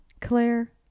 Claire